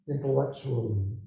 intellectually